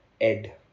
Ed